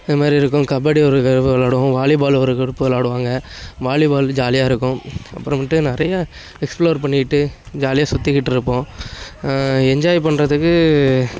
இது மாதிரி இருக்கும் கபடி ஒரு குரூப் வெளாடுவோம் வாலிபால் ஒரு குரூப்பு வெளாடுவாங்க வாலிபால் ஜாலியாக இருக்கும் அப்புறம் வந்துட்டு நிறையா எக்ஸ்பிளோர் பண்ணிக்கிட்டு ஜாலியாக சுற்றிக்கிட்ருப்போம் என்ஜாய் பண்றதுக்கு